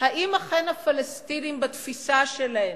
האם אכן הפלסטינים, בתפיסה שלהם,